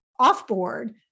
offboard